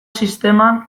sisteman